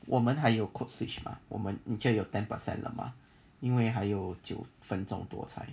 我们还有 codeswitch 吗我们你却有 ten percent 了吗因为还有九分钟多才